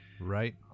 right